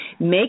Make